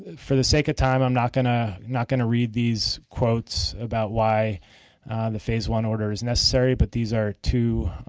for the sake of time i'm not going ah not going to read these quotes about why the phase one order is necessary, but these are two